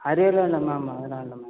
அரியர்லாம் இல்லை மேம் அதலாம் இல்லை மேம்